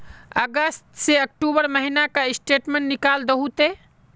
अगस्त से अक्टूबर महीना का स्टेटमेंट निकाल दहु ते?